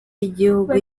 y’igihugu